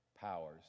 powers